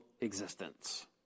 existence